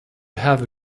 have